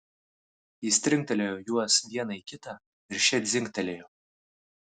jis trinktelėjo juos vieną į kitą ir šie dzingtelėjo